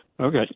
Okay